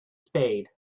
spade